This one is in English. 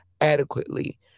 adequately